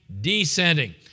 descending